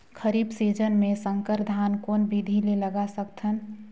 खरीफ season मे संकर धान कोन विधि ले लगा सकथन?